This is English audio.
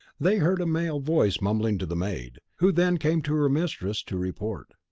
they heard a male voice mumbling to the maid, who then came to her mistress to report.